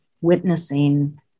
witnessing